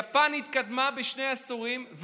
יפן התקדמה בשני עשורים,